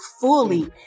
fully